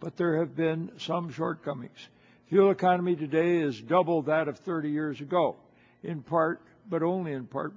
but there have been some shortcomings you economy today is double that of thirty years ago in part but only in part